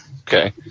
Okay